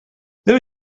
there